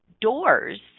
Doors